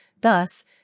thus